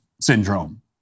syndrome